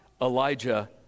Elijah